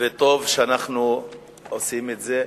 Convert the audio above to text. וטוב שאנחנו עושים את זה.